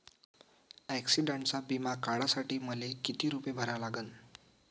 ॲक्सिडंटचा बिमा काढा साठी मले किती रूपे भरा लागन?